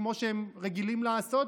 כמו שהם רגילים לעשות,